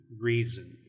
reason